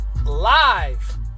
live